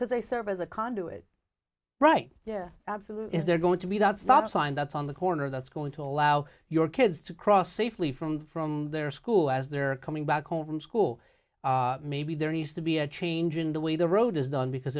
because they serve as a conduit right there absolutely is there going to be that stop sign that's on the corner that's going to allow your kids to cross safely from from their school as they're coming back home from school maybe there needs to be a change in the way the road is done because